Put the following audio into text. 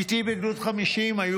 איתי בגדוד 50 היו